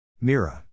Mira